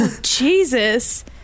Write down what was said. Jesus